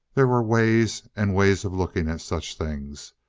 there were ways and ways of looking at such things.